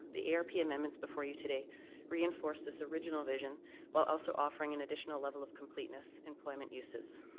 the arp amendments before you today reinforce this original vision while also offering an additional level of completeness employment uses.